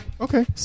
Okay